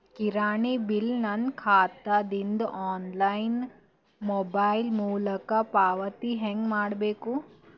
ಕಿರಾಣಿ ಬಿಲ್ ನನ್ನ ಖಾತಾ ದಿಂದ ಆನ್ಲೈನ್ ಮೊಬೈಲ್ ಮೊಲಕ ಪಾವತಿ ಹೆಂಗ್ ಮಾಡಬೇಕು?